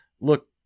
Look